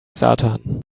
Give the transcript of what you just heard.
satan